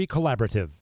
Collaborative